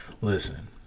Listen